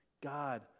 God